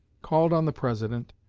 called on the president,